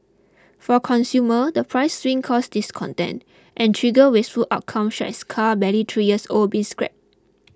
for consumer the price swings cause discontent and trigger wasteful outcomes such as car barely three years old being scrapped